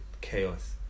chaos